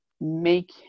make